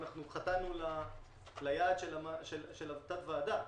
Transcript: חטאנו ליעד של תת-הוועדה.